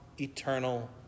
eternal